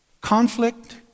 Conflict